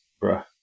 Bruh